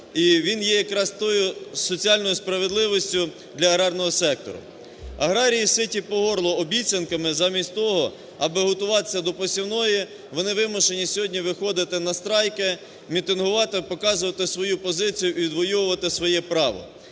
і він є якраз тою соціальною справедливістю для аграрного сектору. Аграрії ситі по горло обіцянками. Замість того, аби готуватися до посівної, вони вимушені сьогодні виходити на страйки, мітингувати, показувати свою позицію, відвойовувати своє право.